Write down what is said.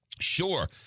Sure